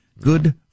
Good